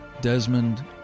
Desmond